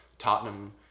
Tottenham